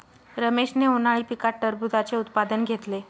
रमेशने उन्हाळी पिकात टरबूजाचे उत्पादन घेतले